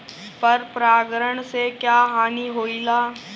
पर परागण से क्या हानि होईला?